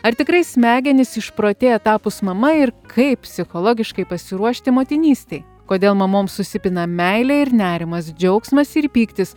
ar tikrai smegenys išprotėja tapus mama ir kaip psichologiškai pasiruošti motinystei kodėl mamoms susipina meilė ir nerimas džiaugsmas ir pyktis